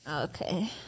Okay